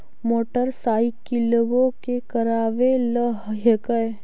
मोटरसाइकिलवो के करावे ल हेकै?